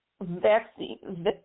vaccine